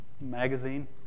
magazine